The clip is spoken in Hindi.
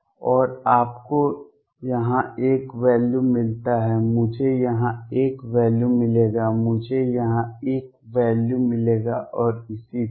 और आपको यहां एक वैल्यू मिलता है मुझे यहां एक वैल्यू मिलेगा मुझे यहां एक वैल्यू मिलेगा और इसी तरह